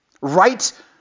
Right